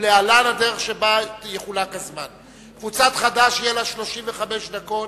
ולהלן הדרך שבה יחולק הזמן: לקבוצת חד"ש יהיו 35 דקות.